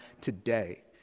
today